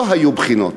לא היו בחינות.